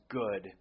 good